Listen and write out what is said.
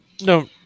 No